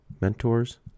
mentors